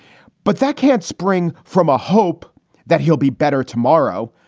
but that can't spring from a hope that he'll be better tomorrow.